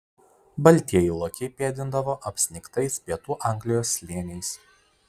baltieji lokiai pėdindavo apsnigtais pietų anglijos slėniais